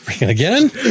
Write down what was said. Again